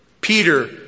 Peter